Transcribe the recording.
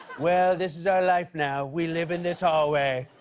well, this is our life now. we live in this hallway.